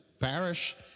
parish